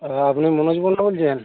আর আপনি মনোজ মন্ডল বলছেন